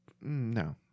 no